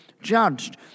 judged